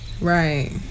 Right